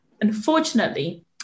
unfortunately